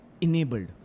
enabled